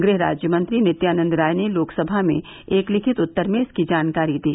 गृह राज्यमंत्री नित्यानंद राय ने लोकसभा में एक लिखित उत्तर में इसकी जानकारी दी